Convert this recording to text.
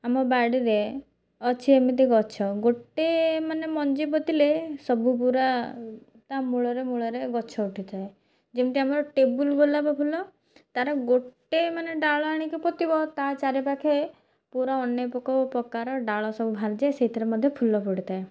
ଆମ ବାଡ଼ିରେ ଅଛି ଏମିତି ଗଛ ଗୋଟେ ମାନେ ମଞ୍ଜି ପୋତିଲେ ସବୁ ପୂରା ତା ମୂଳରେ ମୂଳରେ ଗଛ ଉଠିଥାଏ ଯେମିତି ଆମର ଟେବୁଲ୍ ଗୋଲାପଫୁଲ ତା'ର ଗୋଟେ ମାନେ ଡାଳ ଆଣିକି ପୋତିବ ତା ଚାରିପାଖେ ପୂରା ଅନେକ କୋଉପ୍ରକାର ଡାଳ ସବୁ ବାହାରିଯାଏ ସେଇଥିରେ ମଧ୍ୟ ଫୁଲ ଫୁଟିଥାଏ